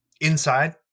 inside